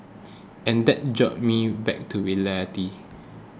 and that jolted me back to reality